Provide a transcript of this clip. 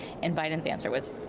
and biden's answer was,